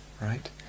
right